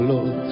Lord